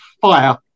fire